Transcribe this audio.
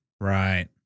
right